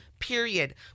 period